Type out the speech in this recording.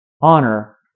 honor